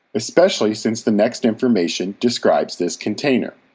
especially since the next information describes this container.